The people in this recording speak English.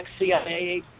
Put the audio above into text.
CIA